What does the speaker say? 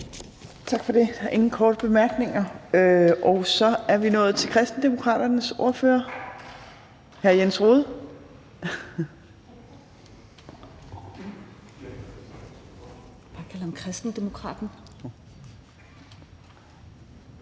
Tak for det. Der er ingen korte bemærkninger, og så er vi nået til Kristendemokraternes ordfører, hr. Jens Rohde.